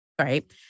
right